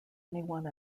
anyone